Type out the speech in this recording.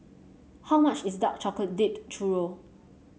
how much is Dark Chocolate Dipped Churro